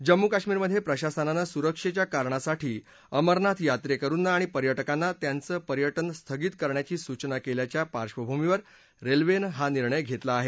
जम्मू काश्मीरमध्ये प्रशासनानं सुरक्षेच्या कारणासाठी अमरनाथ यात्रेकरूंना आणि पर्यटकांना त्यांचं पर्यटन स्थगित करण्याची सूचना केल्याच्या पार्बभूमीवर रेल्वेनं हा निर्णय घेतला आहे